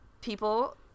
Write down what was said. people